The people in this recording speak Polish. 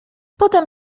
potem